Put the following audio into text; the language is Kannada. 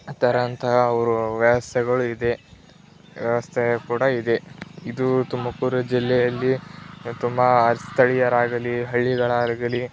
ಥರಂತಹ ಅವರು ವ್ಯವಸ್ಥೆಗಳು ಇದೆ ವ್ಯವಸ್ಥೆ ಕೂಡ ಇದೆ ಇದು ತುಮಕೂರು ಜಿಲ್ಲೆಯಲ್ಲಿ ತುಂಬ ಸ್ಥಳೀಯರಾಗಲಿ ಹಳ್ಳಿಗಳಾಗಲಿ